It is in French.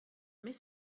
mais